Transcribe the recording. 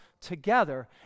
together